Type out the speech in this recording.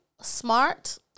Smart